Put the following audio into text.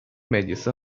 medyası